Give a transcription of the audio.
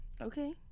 Okay